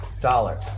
dollar